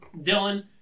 Dylan